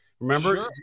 remember